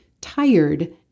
tired